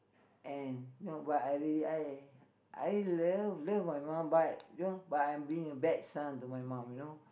and you know what I really I I love love my mum but you know but I'm being a bad son to my mum you know